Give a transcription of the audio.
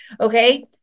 Okay